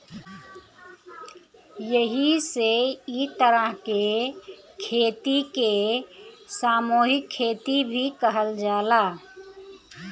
एही से इ तरह के खेती के सामूहिक खेती भी कहल जाला